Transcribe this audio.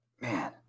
man